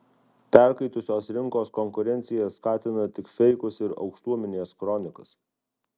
perkaitusios rinkos konkurencija skatina tik feikus ir aukštuomenės kronikas